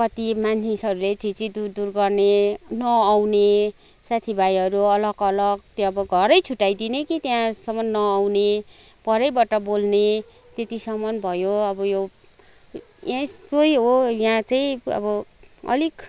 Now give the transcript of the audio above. कति मानिसहरूले छिः छिः दुर दुर गर्ने नआउने साथी भाइहरू अलग अलग त्यो अब घरै छुट्ट्याइदिने कि त्यहाँसम्म नआउने परैबाट बोल्ने त्यतिसम्म भयो अब यो यस्तै हो यहाँ चाहिँ अब अलिक